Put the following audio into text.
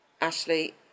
Ashley